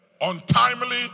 untimely